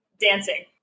dancing